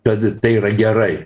kad tai yra gerai